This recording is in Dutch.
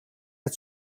het